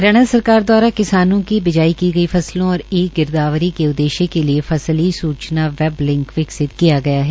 हरियाणा सरकार दवारा किसानों के बिजाई की गई फसलों और ई गिरदावरी के उद्देश्य के लिए फसल ई सूचना वेब लिंक विकसित किया गया है